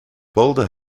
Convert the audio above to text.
boulder